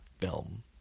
film